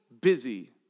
busy